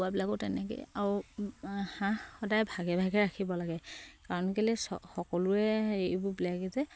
কুকুৰাবিলাকো তেনেকে আৰু হাঁহ সদায় ভাগে ভাগে ৰাখিব লাগে কাৰণ কেলে চ সকলোৰে হেৰি এইবোৰ বেলেগ যে